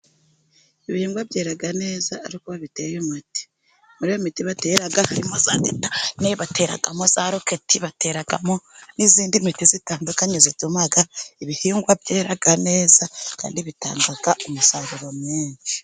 Ibiribwa byerera neza ari uko biteye umuti, muri iyo miti batera harimo za detane, bateramo za roketi, batemo n'iyindi miti itandukanye ituma ibihingwa byera neza, kandi bitangaga umusaruro mwinshi.